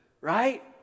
Right